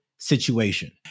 situation